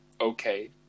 Okay